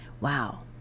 wow